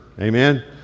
amen